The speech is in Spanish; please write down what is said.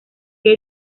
que